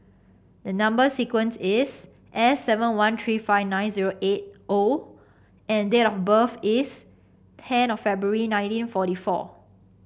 the number sequence is S seven one three five nine zero eight O and date of birth is ten of February nineteen forty four